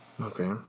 Okay